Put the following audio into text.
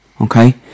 okay